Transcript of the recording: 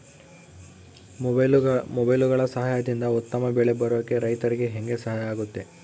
ಮೊಬೈಲುಗಳ ಸಹಾಯದಿಂದ ಉತ್ತಮ ಬೆಳೆ ಬರೋಕೆ ರೈತರಿಗೆ ಹೆಂಗೆ ಸಹಾಯ ಆಗುತ್ತೆ?